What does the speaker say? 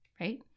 right